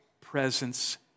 presence